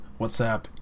whatsapp